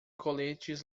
coletes